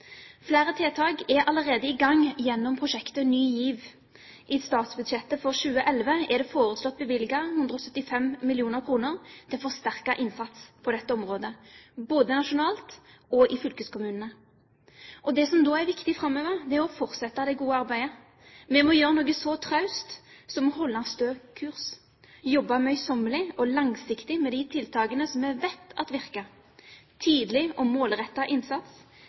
Flere tiltak er allerede i gang gjennom prosjektet Ny GIV. I statsbudsjettet for 2011 er det foreslått bevilget 175 mill. kr til forsterket innsats på dette området, både nasjonalt og i fylkeskommunene. Det som da er viktig framover, er å fortsette det gode arbeidet. Vi må gjøre noe så traust som å holde stø kurs, jobbe møysommelig og langsiktig med de tiltakene som vi vet at virker – tidlig og målrettet innsats,